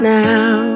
now